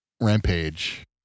Rampage